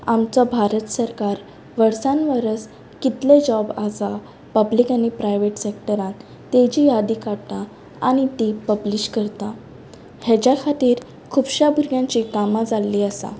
आमचो भारत सरकार वर्सान वर्स कितले जॉब आसा पब्लीक आनी प्रायवेट सॅक्टरान तेजी यादी काडटा आनी ती पब्लीश करता हेज्या खातीर खुबश्या भुरग्यांचीं कामां जाल्लीं आसात